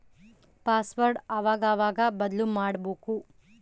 password ಅವಾಗವಾಗ ಬದ್ಲುಮಾಡ್ಬಕು